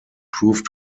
proved